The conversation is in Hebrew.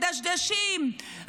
מדשדשים,